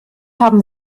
haben